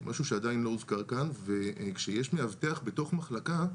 משהו שעדיין לא הוזכר כאן וכשיש מאבטח בתוך מחלקה,